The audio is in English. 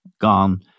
gone